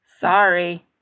Sorry